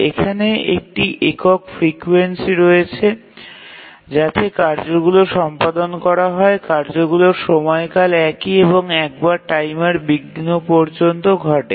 এখানে একটি একক ফ্রিকোয়েন্সি রয়েছে যাতে কার্যগুলি সম্পাদন করা হয় কার্যগুলির সময়কাল একই এবং একবার টাইমার বিঘ্ন পর্যন্ত ঘটে